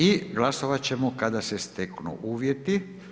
I glasovat ćemo kada se steknu uvjeti.